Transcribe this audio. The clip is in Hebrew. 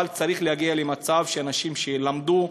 אבל צריך להגיע למצב שאנשים שלמדו,